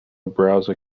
browser